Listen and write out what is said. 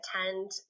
attend